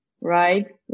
Right